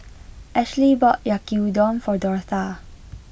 Ashlee bought Yaki Udon for Dortha